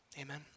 amen